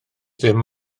dim